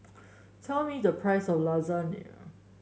tell me the price of Lasagne